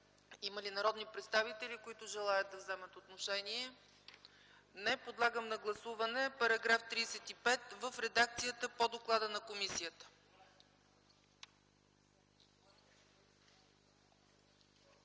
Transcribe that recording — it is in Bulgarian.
Има ли народни представители, които желаят да вземат отношение? Не. Подлагам на гласуване § 35 в редакцията по доклада на комисията.